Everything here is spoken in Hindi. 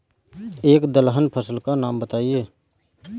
एक दलहन फसल का नाम बताइये